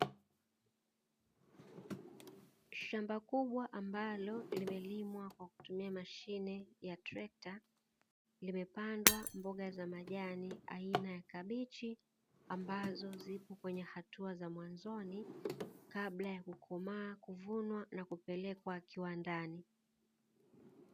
Shamba kubwa ambalo limelimwa kwa kutumia mashine ya trekta limepandwa mboga za majani aina ya kabichi ambazo zipo kwenye hatua za mwanzoni kabla ya kukomaa kuvunwa na kupelekwa kiwandani.